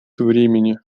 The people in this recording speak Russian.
времени